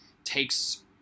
takes